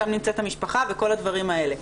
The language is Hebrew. שם נמצאת המשפחה וכל הדברים האלה.